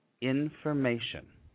information